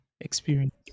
experience